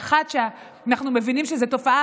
כי אנחנו מבינים שזו תופעה,